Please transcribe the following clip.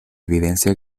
evidencia